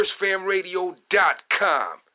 FirstFamRadio.com